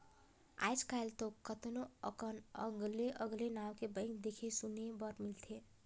आयज कायल तो केतनो अकन अगले अगले नांव के बैंक देखे सुने बर मिलथे